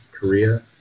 Korea